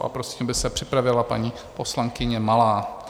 A prosím, aby se připravila paní poslankyně Malá.